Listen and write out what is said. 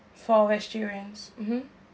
for vegetarians mmhmm